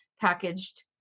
packaged